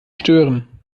stören